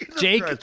Jake